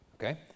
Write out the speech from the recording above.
okay